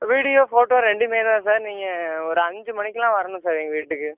video photo ரெண்டுமே தான் sir நீங்கள் ஒரு அஞ்சு மணிக்கெல்லாம் வரனும் சார் எங்கள் வீட்டுக்கு